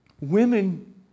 women